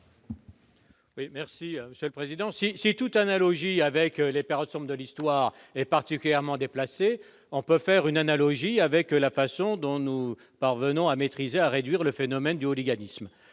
sur l'article. Si toute analogie avec les périodes sombres de l'histoire est particulièrement déplacée, on peut faire une analogie avec la façon dont nous parvenons à maîtriser et à réduire le phénomène du hooliganisme.